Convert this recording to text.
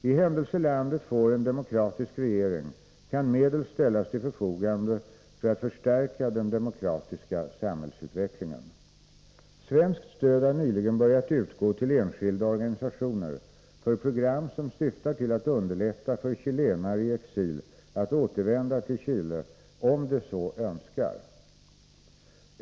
I händelse landet får en demokratisk regering kan medel ställas till förfogande för att stärka den demokratiska samhällsutvecklingen. Svenskt stöd har nyligen börjat utgå till enskilda organisationer för program som syftar till att underlätta för chilenare i exil att återvända till Chile om de så önskar.